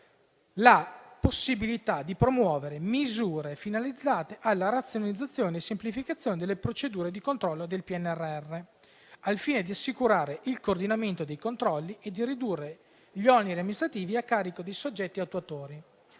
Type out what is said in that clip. la possibilità di promuovere misure finalizzate alla razionalizzazione e semplificazione delle procedure di controllo del PNRR al fine di assicurare il coordinamento dei controlli e di ridurre gli oneri amministrativi a carico dei soggetti attuatori.